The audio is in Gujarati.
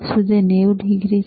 શું તે 90 ડિગ્રી છે